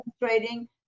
demonstrating